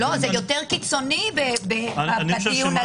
זה יותר קיצוני בדיון הזה